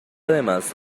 además